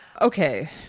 Okay